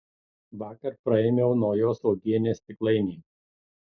vakar praėmiau naujos uogienės stiklainį